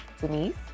Denise